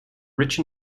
rich